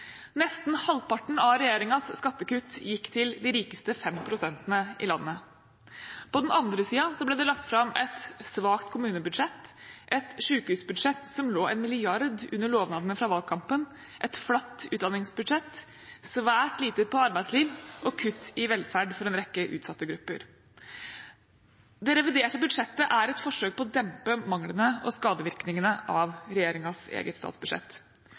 Nesten halvparten av regjeringens skattekutt gikk til de rikeste 5 pst.-ene i landet. På den andre siden ble det lagt fram et svakt kommunebudsjett, et sykehusbudsjett som lå 1 mrd. kr under lovnadene fra valgkampen, et flatt utdanningsbudsjett, svært lite til arbeidsliv og kutt i velferd for en rekke utsatte grupper. Det reviderte budsjettet er et forsøk på å dempe manglene ved og skadevirkningene av regjeringens eget statsbudsjett,